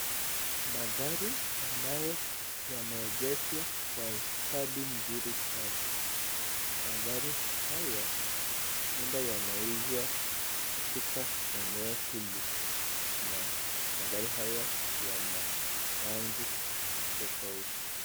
Magari ambayo yameengeshwa kwa ustadi mzuri sana. Magari haya huenda yanauzwa katika eneo hili na magari haya yana rangi tofauti.